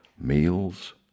meals